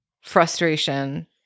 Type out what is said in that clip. frustration